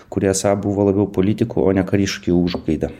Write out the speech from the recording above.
kuri esą buvo labiau politikų o ne kariškių užgaida